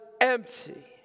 empty